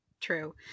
True